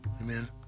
Amen